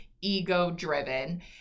ego-driven